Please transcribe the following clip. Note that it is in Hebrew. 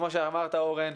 כמו שאמרת אורן,